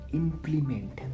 implement